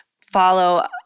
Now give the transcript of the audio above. follow